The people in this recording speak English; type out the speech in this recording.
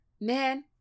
Man